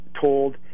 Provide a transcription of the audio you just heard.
told